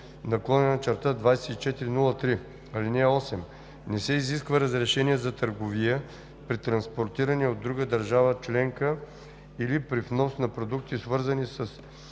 изпълнение (ЕС) 2015/2403“. (8) Не се изисква разрешение за търговия при транспортиране от друга държава членка или при внос на продукти, свързани с